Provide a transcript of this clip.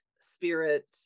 spirit